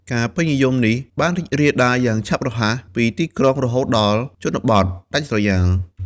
ការពេញនិយមនេះបានរីករាលដាលយ៉ាងឆាប់រហ័សពីទីក្រុងរហូតដល់ជនបទ ដាច់ស្រយាល។